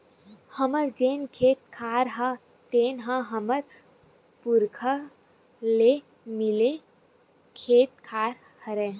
हमर जेन खेत खार हे तेन ह हमर पुरखा ले मिले खेत खार हरय